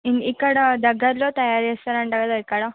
ఇక్కడ దగ్గరలో తయారు చేస్తారంట కదా ఎక్కడ